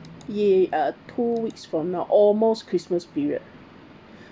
it uh two weeks from now almost christmas period